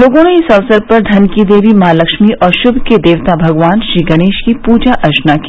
लोग इस अवसर पर धन की देवी मॉ लक्ष्मी और शुभ के देवता भगवान श्रीगणेश की पूजा अर्चना की